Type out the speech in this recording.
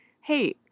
hey